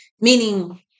Meaning